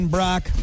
Brock